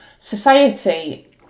society